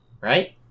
right